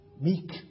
meek